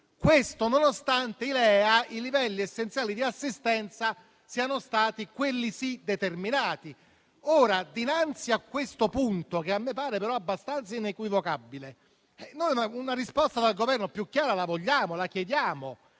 Questo nonostante i LEA, i livelli essenziali di assistenza, siano stati - quelli sì - determinati. Ora, dinanzi a questo punto, che a me pare però abbastanza inequivocabile, una risposta più chiara dal Governo la vogliamo e la chiediamo.